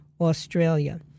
Australia